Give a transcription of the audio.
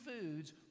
foods